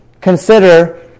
Consider